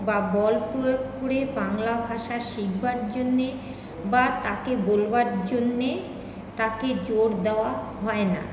বা বল প্রয়োগ করে বাংলা ভাষা শিখবার জন্যে বা তাকে বলবার জন্যে তাকে জোড় দেওয়া হয় না